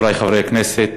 חברי חברי הכנסת,